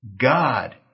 God